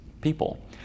people